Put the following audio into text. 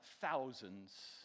thousands